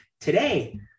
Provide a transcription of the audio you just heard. today